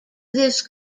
this